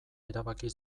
erabaki